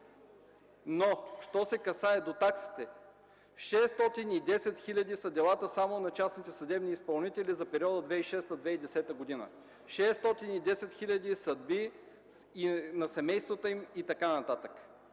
Но, що се касае до таксите, 610 хиляди са делата само на частните съдебни изпълнители за периода 2006-2010 г. Шестстотин и десет хиляди съдби и на семействата им, и така нататък.